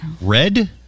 Red